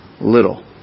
little